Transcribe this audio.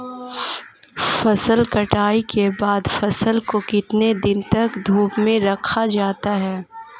फसल कटाई के बाद फ़सल को कितने दिन तक धूप में रखा जाता है?